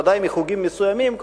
בוודאי מחוגים מסוימים,